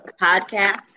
Podcast